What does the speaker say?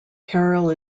carroll